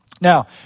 Now